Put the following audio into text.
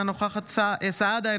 אינה נוכחת משה סעדה,